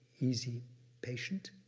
easy patient,